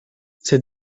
ces